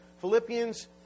Philippians